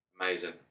Amazing